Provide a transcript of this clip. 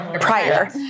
prior